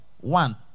one